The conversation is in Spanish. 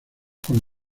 con